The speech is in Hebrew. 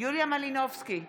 יוליה מלינובסקי,